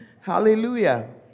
Hallelujah